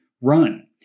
Run